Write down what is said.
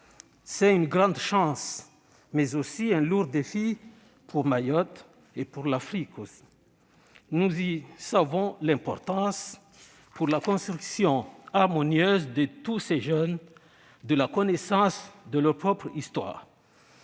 C'est une grande chance, mais aussi un lourd défi, pour Mayotte comme pour l'Afrique. Et nous savons l'importance, pour la construction harmonieuse de tous ces jeunes, de la connaissance de leur propre histoire.